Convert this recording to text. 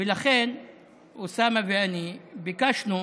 ולכן אוסאמה ואני ביקשנו